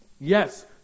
Yes